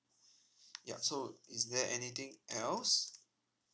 ya so is there anything else